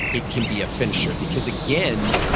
it can be a finisher, because again,